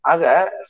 Aga